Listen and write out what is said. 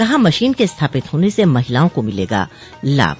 कहा मशीन के स्थापित होने से महिलाओं को मिलेगा लाभ